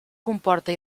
comporta